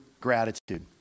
gratitude